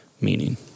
meaning